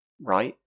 Right